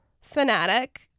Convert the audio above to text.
fanatic